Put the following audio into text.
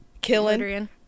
killing